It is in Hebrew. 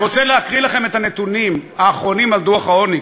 אני רוצה להקריא לכם את הנתונים האחרונים על דוח העוני,